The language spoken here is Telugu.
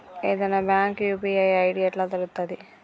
ఏదైనా బ్యాంక్ యూ.పీ.ఐ ఐ.డి ఎట్లా తెలుత్తది?